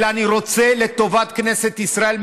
אלא אני רוצה לטובת כנסת ישראל,